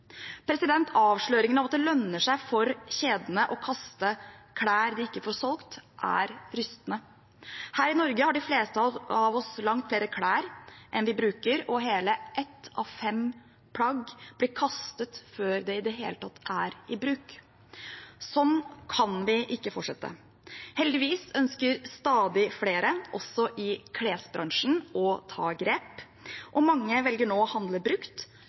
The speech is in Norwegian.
av at det lønner seg for kjedene å kaste klær de ikke får solgt, er rystende. Her i Norge har de fleste av oss langt flere klær enn vi bruker, og hele ett av fem plagg blir kastet før de i det hele tatt er i bruk. Sånn kan vi ikke fortsette. Heldigvis ønsker stadig flere, også i klesbransjen, å ta grep, og mange velger nå å handle brukt